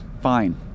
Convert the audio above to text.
Fine